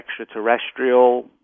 extraterrestrial